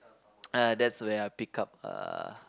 ah that's where I pick up uh